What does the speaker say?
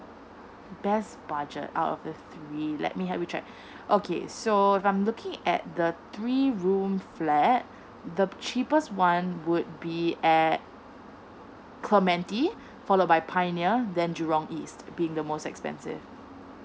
best budget out of the three let me help you check okay so I'm looking at the three room flat the cheapest one would be at clementi followed by pioneer then jurong east being the most expensive